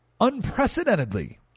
unprecedentedly